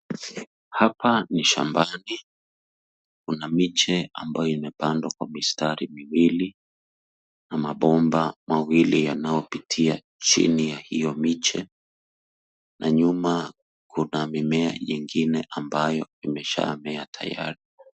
Hapa ni shambani. Kuna miche ambayo imepandwa kwa mistari miwili na mabomba mawili yanayopitia chini ya hiyo miche na nyuma kuna mimea nyingine ambayo imeshamea tayari.